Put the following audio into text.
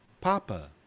Papa